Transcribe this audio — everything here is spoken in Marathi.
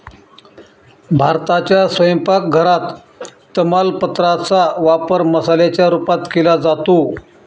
भारताच्या स्वयंपाक घरात तमालपत्रा चा वापर मसाल्याच्या रूपात केला जातो